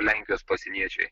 lenkijos pasieniečiai